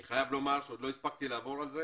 אני חייב לומר שעוד לא הספקתי לעבור על זה